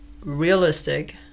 realistic